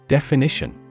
Definition